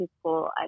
school